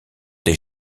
des